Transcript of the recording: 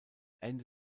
ende